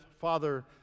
Father